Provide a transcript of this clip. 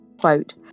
quote